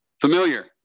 familiar